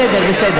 בסדר.